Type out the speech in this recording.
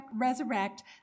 resurrect